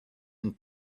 and